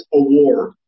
award